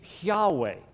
Yahweh